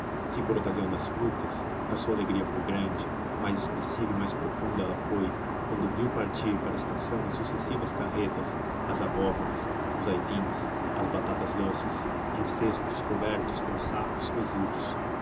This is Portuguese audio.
se por ocasião das frutas a sua alegria foi grande mais expressiva e mais profunda ela foi quando viu partir para a estação em sucessivas carretas as abóboras os aipins as batatasdoces em cestos cobertos com sacos cosidos